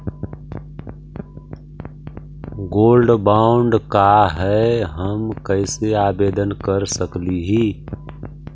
Gold bond का है, हम कैसे आवेदन कर सकली ही?